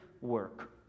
work